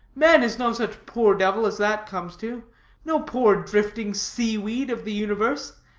man is no such poor devil as that comes to no poor drifting sea-weed of the universe.